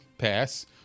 pass